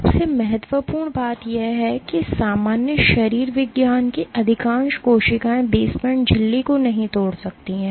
सबसे महत्वपूर्ण बात यह है कि सामान्य शरीर विज्ञान की अधिकांश कोशिकाएं बेसमेंट झिल्ली को नहीं तोड़ सकती हैं